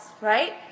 right